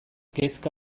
kezka